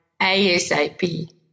ASAP